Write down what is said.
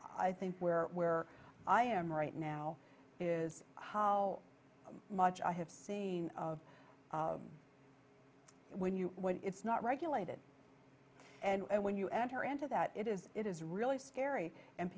i think where where i am right now is how much i have seen when you when it's not regulated and when you enter into that it is it is really scary and